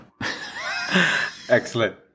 Excellent